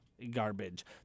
garbage